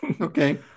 Okay